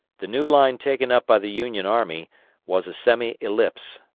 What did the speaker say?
the new line taken up by the union army was a semi-ellipse,